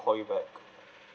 call you back